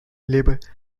labelled